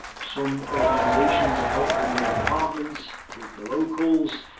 some organisations helped them get apartments with the locals.